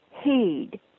heed